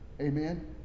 Amen